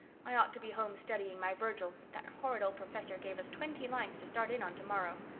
i ought to be home studying my virgil that horrid old professor gave us twenty lines to start in on tomorrow.